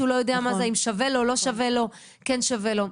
כשהוא לא יודע מה זה ואם שווה לו או לא שווה לו ואם כן שווה לו?